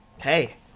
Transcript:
Hey